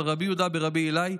על רבי יהודה ברבי אילעאי,